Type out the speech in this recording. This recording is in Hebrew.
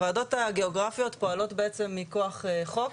הוועדות הגיאוגרפיות פועלות בעצם מכוח חוק.